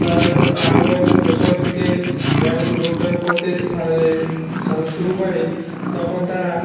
তারা যখন আট বয়েস বছর থেকে ব্যায়াম যোগব্যায়াম করতে শুরু করে তখন তারা